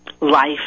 life